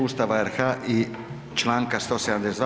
Ustava RH i članka 172.